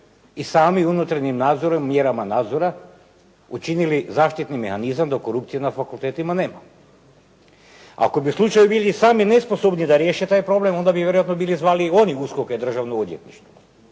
i sami unutarnjim nadzorom, mjerama nadzora učinili zaštitni mehanizam da korupcije na fakultetima nema. Ako bi u slučaju bili sami nesposobni da riješe taj problem onda bi vjerojatno bili zvali oni USKOK i državno odvjetništvo.